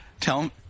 tell